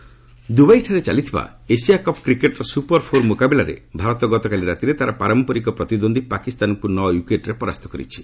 Asia Cup ଦୁବାଇଠାରେ ଚାଲିଥିବା Asia cup କ୍ରିକେଟ୍ର ସୁପର ଫୋର୍ ମୁକାବିଲାରେ ଭାରତ ଗତକାଲି ରାତିରେ ତାର ପାରମ୍ପରିକ ପ୍ରତିଦ୍ୱନ୍ଦ୍ୱୀ ପାକିସ୍ତାନକୁ ନଅ ୱିକେଟ୍ରେ ପରାସ୍ତ କରିଛି